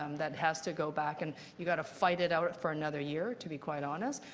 um that has to go back and you've got to fight it out for another year, to be quite honest.